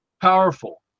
powerful